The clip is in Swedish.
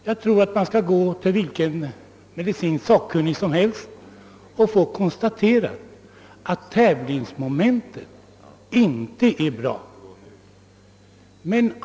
Jag tror att man kan gå till vilken medicinsk sakkunnig som helst och få konstaterat att tävlingsmomentet inte är bra.